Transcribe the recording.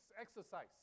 exercise